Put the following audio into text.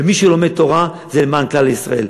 ומי שלומד תורה, זה למען כלל ישראל.